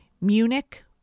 Munich